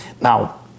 Now